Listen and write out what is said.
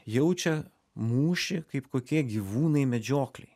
jaučia mūšį kaip kokie gyvūnai medžioklėj